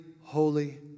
holy